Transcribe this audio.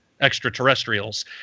extraterrestrials